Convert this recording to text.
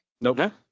Nope